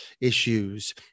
issues